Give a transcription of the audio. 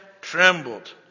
trembled